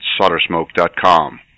soldersmoke.com